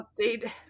update